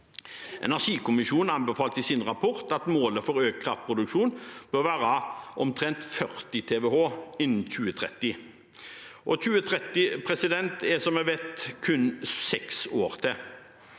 Energikommisjonen anbefalte i sin rapport at målet for økt kraftproduksjon bør være omtrent 40 TWh innen 2030, og 2030 er, som vi vet, kun seks år til.